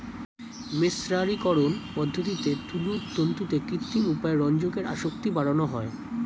মের্সারিকরন পদ্ধতিতে তুলোর তন্তুতে কৃত্রিম উপায়ে রঞ্জকের আসক্তি বাড়ানো হয়